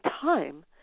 time